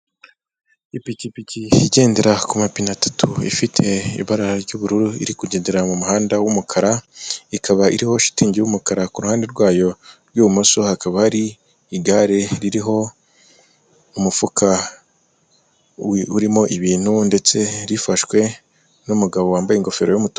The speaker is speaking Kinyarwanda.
Ipikipiki igendera ku mapine atatu ifite ibara ry'ubururu iri kugendera mu muhanda w'umukara, ikaba iriho shitingi y'umukara ku ruhande rwayo rw'ibumoso hakaba hari igare ririho umufuka urimo ibintu ndetse rifashwe n'umugabo wambaye ingofero y'umutuku.